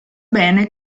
bene